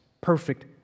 perfect